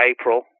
April